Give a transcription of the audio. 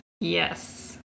Yes